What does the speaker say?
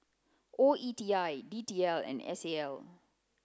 O E T I D T L and S A L